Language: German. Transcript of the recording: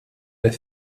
der